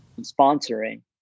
sponsoring